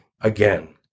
again